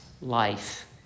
life